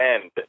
end